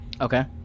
Okay